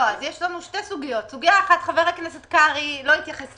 יש לנו שני סעיפים בהצעה.